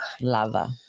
Lava